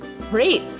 Great